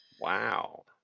Wow